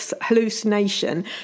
hallucination